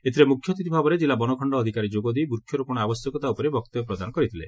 ଏଥରେ ମୁଖ୍ୟ ଅତିଥି ଭାବରେ ଜିଲ୍ଲା ବନଖଣ୍ ଅଧିକାରୀ ଯୋଗଦେଇ ବୁକ୍ଷ ରୋପଣ ଆବଶ୍ୟକତା ଉପରେ ବକ୍ତବ୍ୟ ପ୍ରଦାନ କରିଥିଲେ